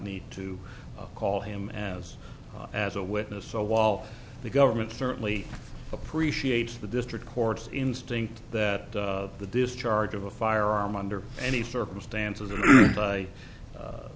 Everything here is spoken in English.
need to call him as as a witness so while the government certainly appreciates the district court's instinct that the discharge of a firearm under any circumstances